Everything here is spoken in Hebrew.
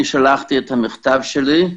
אני שלחתי את המכתב שלי.